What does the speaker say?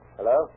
Hello